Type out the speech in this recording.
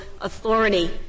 authority